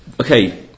Okay